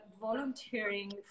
volunteering